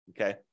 Okay